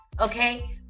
okay